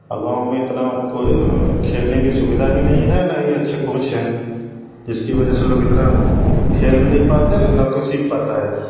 और गाँव में उतना कोई खेलने की सुविधा भी नहीं है न ही अच्छे कोच हैं जिसकी वजह से लोग इतना खेल भी नहीं पाते हैं न कोई सीख पाता है